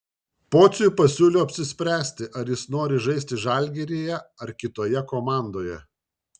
pociui pasiūliau apsispręsti ar jis nori žaisti žalgiryje ar kitoje komandoje